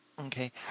Okay